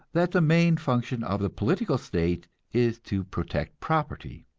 that the main function of the political state is to protect property.